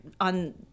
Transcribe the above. on